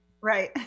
Right